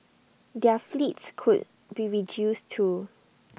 their fleets could be reduced too